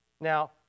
Now